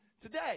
Today